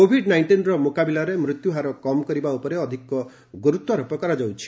Covid ନାଇଷ୍ଟିନ୍ର ମୁକାବିଲାରେ ମୃତ୍ୟୁ ହାର କମ୍ କରିବା ଉପରେ ଅଧିକ ଆଲୋକପାତ କରାଯାଉଛି